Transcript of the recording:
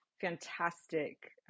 fantastic